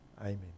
Amen